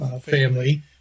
family